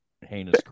heinous